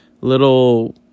little